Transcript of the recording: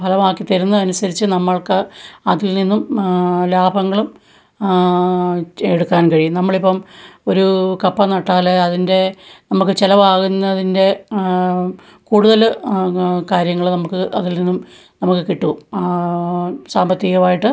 ഫലമാക്കി തരുന്നതനുസരിച്ച് നമ്മൾക്ക് അതിൽനിന്നും ലാഭങ്ങളും എടുക്കാൻ കഴിയുന്നു നമ്മളിപ്പോള് ഒരൂ കപ്പ നട്ടാല് അതിൻ്റെ നമുക്ക് ചെലവാകുന്നതിൻറ്റെ കൂടുതല് കാര്യങ്ങള് നമുക്ക് അതിൽനിന്നും നമുക്ക് കിട്ടും സാമ്പത്തികമായിട്ട്